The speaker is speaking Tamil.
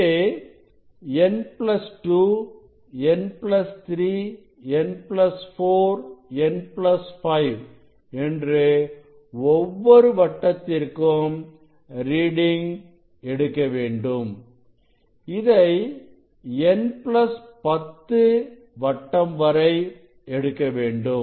இங்கே n2 n3 n4 n5 என்று ஒவ்வொரு வட்டத்திற்கும் ரீடிங் எடுக்க வேண்டும் இதை n10 வட்டம் வரை எடுக்க வேண்டும்